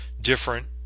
different